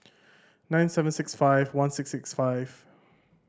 nine seven six five one six six five